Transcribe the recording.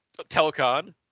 telecon